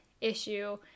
issue